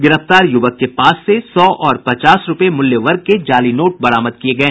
गिरफ्तार युवक के पास से सौ और पचास रूपये मूल्य वर्ग के जाली नोट बरामद किये गये